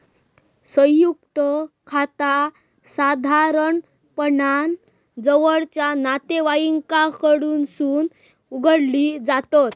संयुक्त खाता साधारणपणान जवळचा नातेवाईकांकडसून उघडली जातत